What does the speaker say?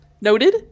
Noted